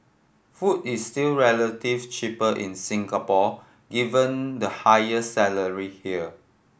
food is still relative cheaper in Singapore given the higher salary here